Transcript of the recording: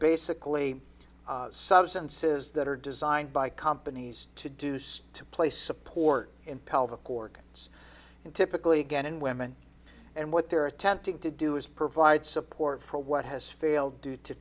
basically substances that are designed by companies to do so to place support in pelvic organs and typically again in women and what they're attempting to do is provide support for what has failed due to